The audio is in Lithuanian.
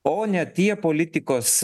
o ne tie politikos